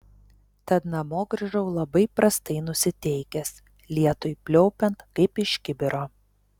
tad namo grįžau labai prastai nusiteikęs lietui pliaupiant kaip iš kibiro